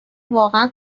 واقعا